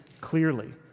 clearly